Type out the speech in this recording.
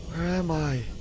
am i.